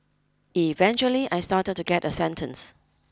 eventually I started to get a sentence